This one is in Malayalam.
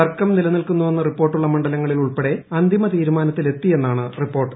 തർക്കം നിലനിൽക്കുന്നുവെന്ന് റിപ്പോർട്ടുള്ള മണ്ഡലങ്ങളിൽ ഉൾപ്പെടെ അന്തിമ തീരുമാനത്തിലെത്തിയെന്നാണ് റിപ്പോർട്ട്